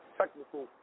technical